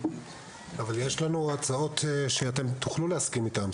אבל יש לנו הצעות שתוכלו להסכים איתם.